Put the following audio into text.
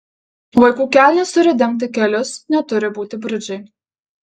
vaikų kelnės turi dengti kelius neturi būti bridžai